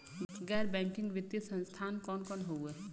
गैर बैकिंग वित्तीय संस्थान कौन कौन हउवे?